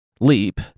Leap